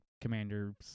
Commanders